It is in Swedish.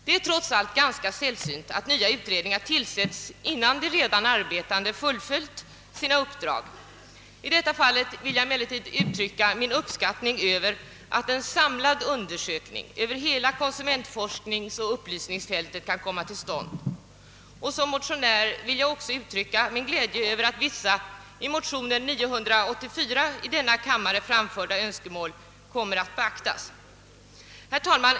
Det är trots allt ganska sällsynt, att nya utredningar tillsätts innan de redan arbetande fullföljt sina uppdrag. I detta fall vill jag emellertid uttrycka min uppskattning av att en samlad undersökning av hela konsumentforskningsoch upplysningsfältet kan komma till stånd. Som motionär vill jag också uttrycka min glädje över att vissa i motion 948 i denna kammare framförda önskemål kommer att beaktas. Herr talman!